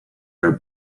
her